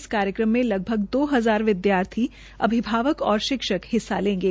इस कार्यक्रम में लगभग दो हजार विद्यार्थियों अभिभावक और शिक्षा हिस्सा लेंगे